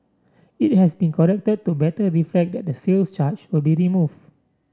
it has been corrected to better reflect that the sales charge will be removed